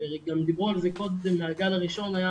גם דיברו על זה קודם מהגל הראשון היה